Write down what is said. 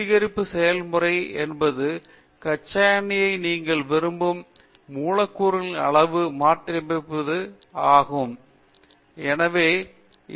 சுத்திகரிப்பு செயல்முறை என்பது கச்சா எண்ணெய்யை நீங்கள் விரும்பும் மூலக்கூறுகளின் அளவுக்கு மாற்றியமைத்து மூலக்கூறுகளை மதிப்பிடுவதாகும்